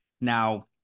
Now